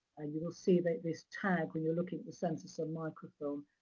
and you will see that this tag, when you're looking for census on microfilm,